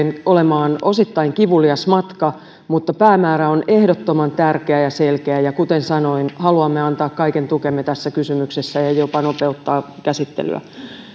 olemaan osittain kivulias matka mutta päämäärä on ehdottoman tärkeä ja selkeä ja kuten sanoin haluamme antaa kaiken tukemme tässä kysymyksessä ja jopa nopeuttaa käsittelyä